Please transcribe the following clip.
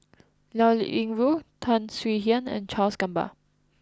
Liao Yingru Tan Swie Hian and Charles Gamba